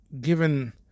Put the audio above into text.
given